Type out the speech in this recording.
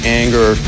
anger